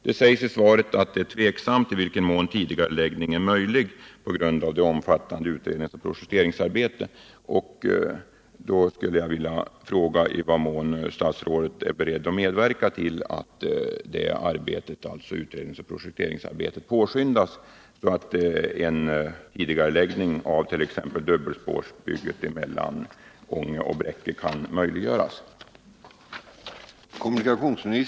Det sägs i svaret att det är tveksamt i vilken mån tidigareläggning är möjlig på grund av det omfattande utredningsoch projekteringsarbetet. Jag skulle vilja fråga i vad mån statsrådet är beredd att medverka till att utredningsoch projekteringsarbetet påskyndas så att en tidigareläggning av t.ex. dubbelspårsbygget mellan Ånge och Bräcke kan möjliggöras.